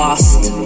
lost